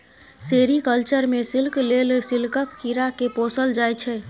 sericulture मे silk लेल सिल्कक कीरा केँ पोसल जाइ छै